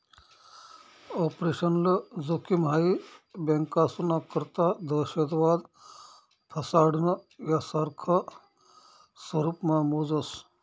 operational जोखिम हाई बँकास्ना करता दहशतवाद, फसाडणं, यासारखा स्वरुपमा मोजास